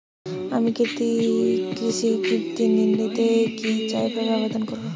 আমি কৃষি ঋণ নিতে চাই কি ভাবে আবেদন করব?